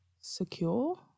secure